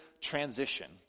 transition